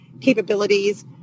capabilities